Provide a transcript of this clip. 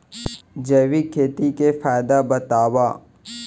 जैविक खेती के फायदा बतावा?